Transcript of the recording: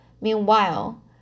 Meanwhile